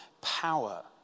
power